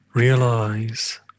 Realize